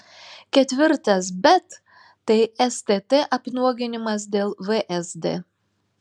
ketvirtas bet tai stt apnuoginimas dėl vsd